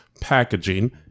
packaging